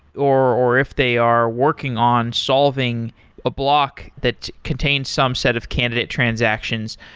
or or if they are working on solving a block that contains some set of candidate transactions,